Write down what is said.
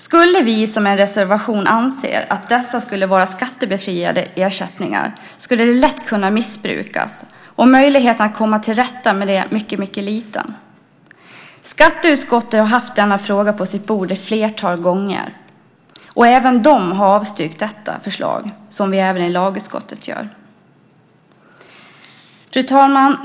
Om vi, som man anser i en reservation, skulle tycka att det här skulle vara skattebefriade ersättningar så skulle det lätt kunna missbrukas. Möjligheten att komma till rätta med det skulle vara mycket liten. Skatteutskottet har haft frågan på sitt bord ett flertal gånger. Även det utskottet har avstyrkt förslaget, liksom vi i lagutskottet gör. Fru talman!